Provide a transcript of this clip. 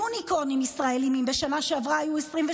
יוניקורנים ישראליים, אם בשנה שעברה היו 23,